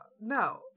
no